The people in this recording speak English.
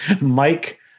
Mike